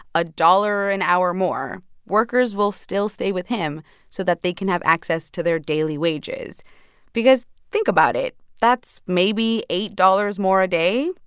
a dollar an hour more workers will still stay with him so that they can have access to their daily wages because think about it. that's maybe eight dollars more a day.